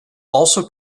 also